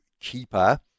keeper